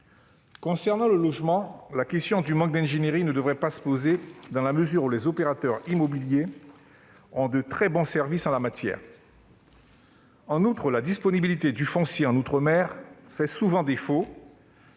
Concernant le logement, la question du manque d'ingénierie ne devrait pas se poser, dans la mesure où les opérateurs immobiliers ont de très bons services en la matière. En outre, la disponibilité du foncier fait souvent défaut